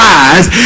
eyes